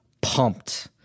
pumped